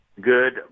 good